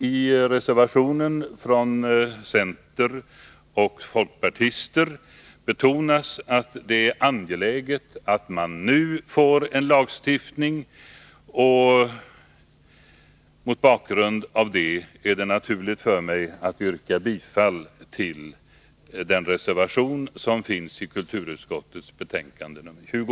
I reservationen från centeroch folkpartister betonas angelägenheten av att man nu får en lagstiftning. Mot bakgrund av det är det naturligt för mig att yrka bifall till den reservation som finns i kulturutskottets betänkande nr 20.